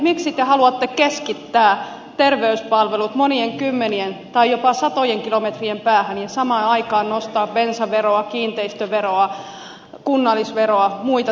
miksi te haluatte keskittää terveyspalvelut monien kymmenien tai jopa satojen kilometrien päähän ja samaan aikaan nostaa bensaveroa kiinteistöveroa kunnallisveroa muita tasaveroja